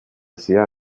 sehr